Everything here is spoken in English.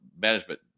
management